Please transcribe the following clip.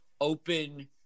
open